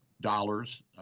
dollars